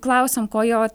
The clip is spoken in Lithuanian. klausiam ko jo